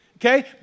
Okay